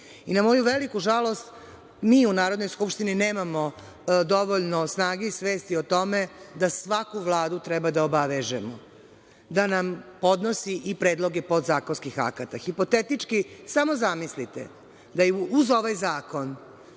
moju veliku žalost, mi u Narodnoj skupštini nemamo dovoljno snage i svesti o tome da svaku vladu treba da obavežemo da nam podnosi i predloge podzakonskih akata. Hipotetički, samo zamislite da je uz ovaj zakon